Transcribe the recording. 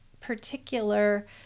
particular